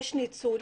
יש ניצול,